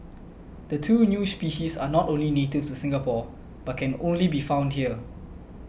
the two new species are not only native to Singapore but can only be found here